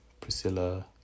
Priscilla